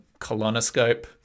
colonoscope